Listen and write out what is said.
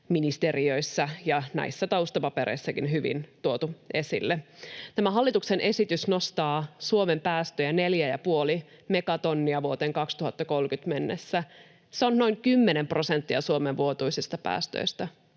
ministeriöissä ja näissä taustapapereissakin hyvin tuotu esille. Tämä hallituksen esitys nostaa Suomen päästöjä 4,5 megatonnia vuoteen 2030 mennessä. Se on noin 10 prosenttia Suomen vuotuisista päästöistä